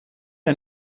ein